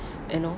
and all